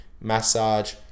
massage